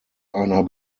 einer